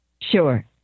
Sure